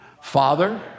Father